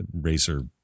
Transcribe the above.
Racer